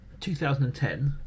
2010